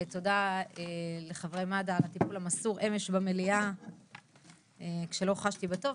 תודה לחברי מד"א על הטיפול המסור אמש במליאה כשלא חשבתי בטוב.